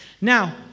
Now